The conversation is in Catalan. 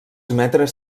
metres